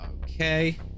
Okay